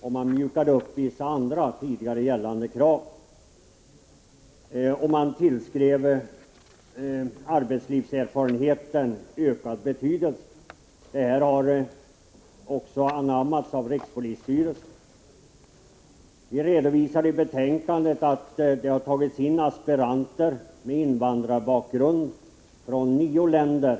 Den mjukade också upp vissa andra tidigare gällande krav samt tillskrev arbetslivserfarenhet en ökad betydelse. Detta har också anammats av rikspolisstyrelsen. Enligt uppgift redovisas i beredningens betänkande att man har tagit in aspiranter med invandrarbakgrund från nio länder.